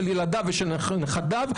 של ילדיו ושל נכדיו,